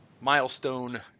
milestone